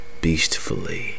beastfully